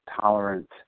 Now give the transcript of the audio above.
tolerant